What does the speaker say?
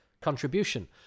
contribution